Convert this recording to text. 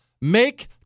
Make